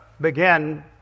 begin